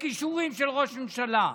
בכישורים של ראש ממשלה,